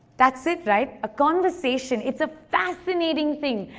that's it, right? a conversation. it's a fascinating thing.